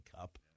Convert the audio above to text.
Cup